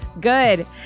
good